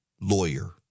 lawyer